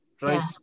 right